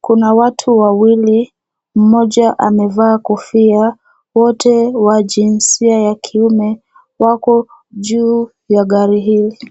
Kuna watu wawili, moja amevaa kofia, wote wa jinsia ya kiume wako juu ya gari hili.